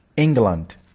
England